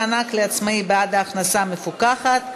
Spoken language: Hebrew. מענק לעצמאי בעד הכנסה מפוקחת),